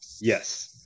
Yes